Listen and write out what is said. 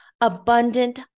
abundant